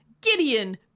Gideon